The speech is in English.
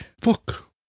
fuck